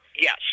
Yes